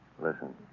Listen